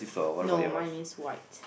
no mine is white